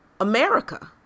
America